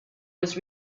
was